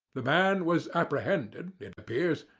the man was apprehended, it appears,